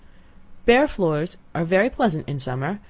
bare floors are very pleasant in summer,